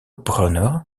brunner